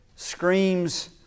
screams